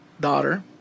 daughter